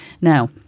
now